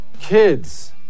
kids